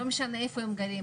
לא משנה איפה הם גרים,